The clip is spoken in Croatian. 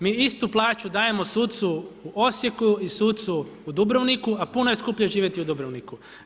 Mi istu plaću dajemo sucu u Osijeku i sucu u Dubrovniku a puno je skuplje živjeti u Dubrovniku.